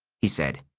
he said.